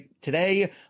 today